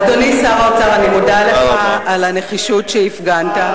אדוני שר האוצר, אני מודה לך על הנחישות שהפגנת.